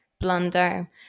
blunder